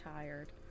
tired